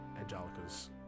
Angelica's